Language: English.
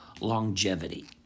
longevity